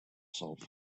sulfur